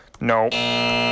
no